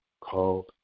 called